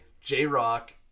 J-Rock